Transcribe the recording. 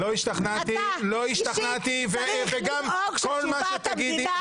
אתה אישית צריך לדאוג שתשובת המדינה